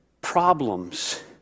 problems